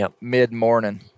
mid-morning